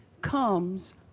comes